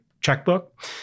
checkbook